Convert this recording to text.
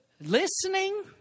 Listening